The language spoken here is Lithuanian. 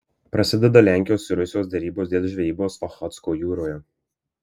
prasideda lenkijos ir rusijos derybos dėl žvejybos ochotsko jūroje